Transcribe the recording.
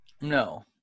No